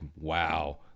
wow